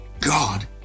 God